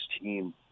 team